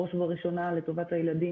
בראש ובראשונה, זה לטובת הילדים.